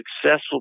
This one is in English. successful